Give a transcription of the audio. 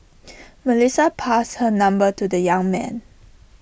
Melissa passed her number to the young man